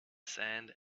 sand